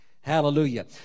Hallelujah